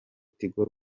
tigo